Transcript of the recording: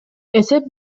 эсеп